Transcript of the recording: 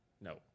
no